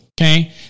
okay